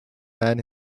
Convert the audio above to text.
man